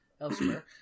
elsewhere